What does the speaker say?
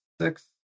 six